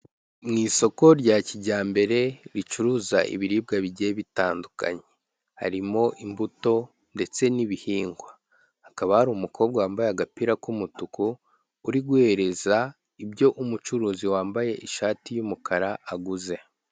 Mu isoko rya kijyambere ricuruza ibiribwa bigiye bitandukanye. Harimo imbuto ndetse n'ibihingwa. Hakaba hari umukobwa wambaye agapira k'umutuku, uri guhereza ibyo umucuruzi wambaye ishati y'umukara aguze.